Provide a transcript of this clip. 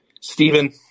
Stephen